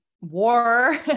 war